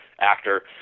actor